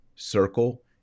circle